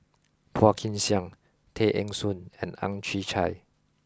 Phua Kin Siang Tay Eng Soon and Ang Chwee Chai